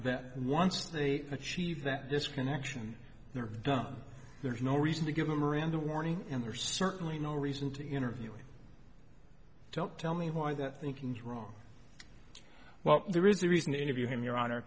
that once they achieve that disconnection they're done there's no reason to give a miranda warning and there's certainly no reason to interviewing don't tell me why the thinking is wrong well there is a reason to interview him your honor